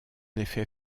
effet